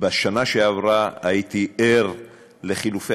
רוצה לומר, אתה לא התחנה הראשונה במה שאני אגיד